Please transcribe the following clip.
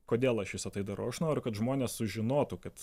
kodėl aš visa tai darau aš noriu kad žmonės sužinotų kad